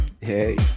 Hey